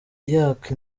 yaka